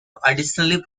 additional